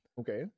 Okay